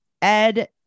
Ed